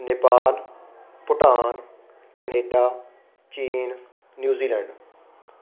Nepal Bhutan Canada China New Zealand